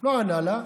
לא ענה לה.